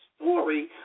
story